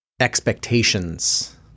expectations